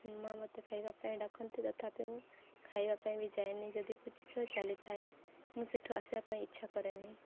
ମାଆ ମୋତେ ଖାଇବା ପାଇଁ ଡାକନ୍ତି ତଥାପି ମୁଁ ଖାଇବା ପାଇଁ ବି ଯାଏନି ଯଦି ପୁଚି ଖେଳ ଚାଲିଥାଏ ମୁଁ ସେଠୁ ଆସିବା ପାଇଁ ଇଚ୍ଛା କରେନି